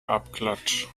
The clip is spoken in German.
abklatsch